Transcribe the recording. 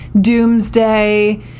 Doomsday